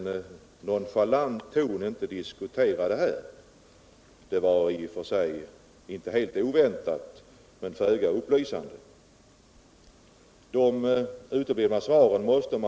Herr talman!